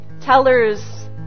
tellers